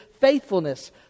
faithfulness